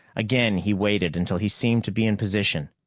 again he waited, until he seemed to be in position.